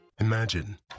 Imagine